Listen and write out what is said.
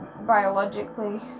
biologically